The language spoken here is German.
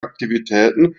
aktivitäten